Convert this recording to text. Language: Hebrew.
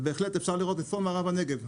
ובהחלט אפשר לראות את צפון מערב הנגב,